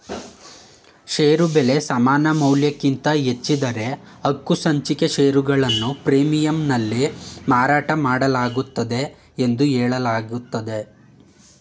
ಷೇರು ಬೆಲೆ ಸಮಾನಮೌಲ್ಯಕ್ಕಿಂತ ಹೆಚ್ಚಿದ್ದ್ರೆ ಹಕ್ಕುಸಂಚಿಕೆ ಷೇರುಗಳನ್ನ ಪ್ರೀಮಿಯಂನಲ್ಲಿ ಮಾರಾಟಮಾಡಲಾಗುತ್ತೆ ಎಂದು ಹೇಳಲಾಗುತ್ತೆ